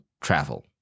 travel